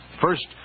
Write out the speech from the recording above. First